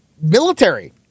Military